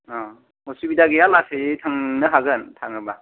औ उसुबिदा गैया लासै थांनो हागोन थाङोब्ला